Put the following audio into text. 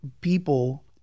people